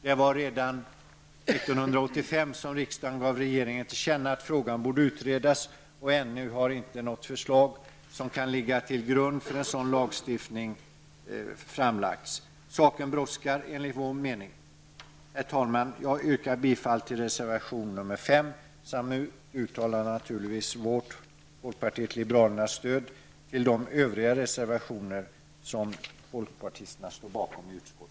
Det var redan 1985 som riksdagen gav regeringen till känna att frågan borde utredas, men ännu har inte något förslag som kan ligga till grund för sådan lagstiftning framlagts. Saken brådskar enligt vår mening. Jag yrkar bifall till reservation nr 5 och uttalar naturligtvis folkpartiet liberalernas stöd till de övriga reservationer som folkpartisterna i utskottet står bakom.